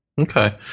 Okay